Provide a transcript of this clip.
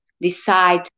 decide